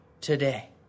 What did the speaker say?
today